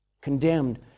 condemned